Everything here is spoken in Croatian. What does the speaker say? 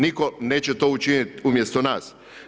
Nitko neće to učiniti umjesto nas.